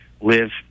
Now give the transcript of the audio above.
live